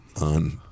on